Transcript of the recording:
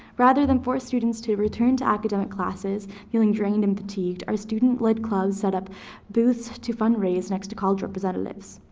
rather than force students to return to academic classes feeling drained and fatigued, our student-led clubs set up booths to fundraise next to college representatives.